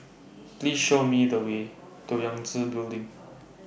Please Show Me The Way to Yangtze Building